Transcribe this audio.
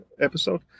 episode